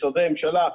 משרדי ממשלה,